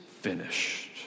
finished